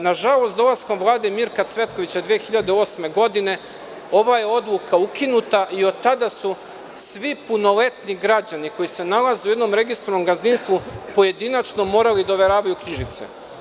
Nažalost, dolaskom Vlade Mirka Cvetkovića 2008. godine, ova je odluka ukinuta i od tada su svi punoletni građani koji se nalaze u jednom registrovanom gazdinstvu, pojedinačno morali da overavaju knjižice.